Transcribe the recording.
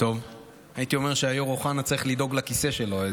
הייתי אומר שהיו"ר אוחנה צריך לדאוג לכיסא שלו.